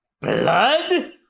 blood